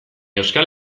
euskal